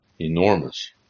enormous